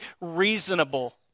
reasonable